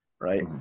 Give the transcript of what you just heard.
right